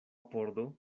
pordo